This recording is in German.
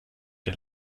der